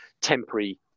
temporary